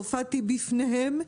הופעתי בפניהם,